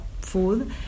food